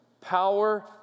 power